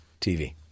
TV